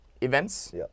events